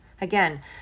Again